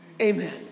Amen